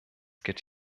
geht